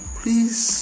please